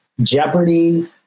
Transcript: Jeopardy